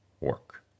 work